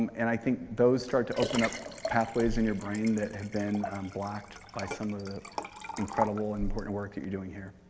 um and i think those start to open up pathways in your brain that have been blocked by some of the incredible, important work that you're doing here.